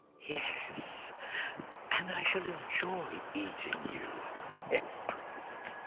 yes. and i shall enjoy eating you as promised.